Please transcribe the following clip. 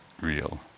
real